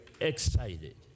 excited